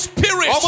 Spirit